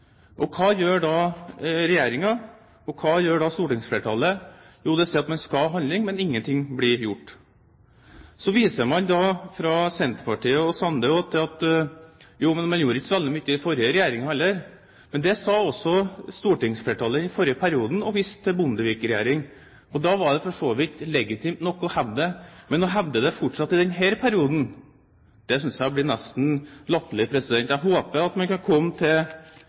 nok. Hva gjør da regjeringen og stortingsflertallet? Jo, man sier at man skal handle, men ingenting blir gjort. Så viser Senterpartiet og Sande til at man ikke gjorde så veldig mye under forrige regjering heller. Det sa stortingsflertallet i forrige periode og viste til Bondevik II-regjeringen. Da var det for så vidt legitimt nok å hevde det, men å fortsette med å hevde det i denne perioden, synes jeg nesten blir latterlig. Jeg håper at man kan komme fra ord til